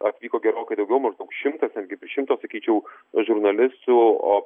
atvyko gerokai daugiau maždaug šimtas netgi šimto sakyčiau žurnalistų o